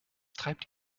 treibt